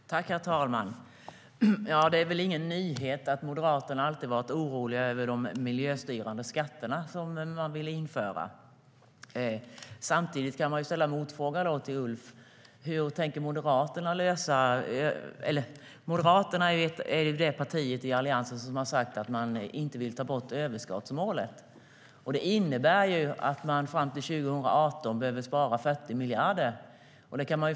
STYLEREF Kantrubrik \* MERGEFORMAT LandsbygdspolitikModeraterna är det parti i Alliansen som har sagt att man inte vill ta bort överskottsmålet. Det innebär att man fram till 2018 behöver spara 40 miljarder.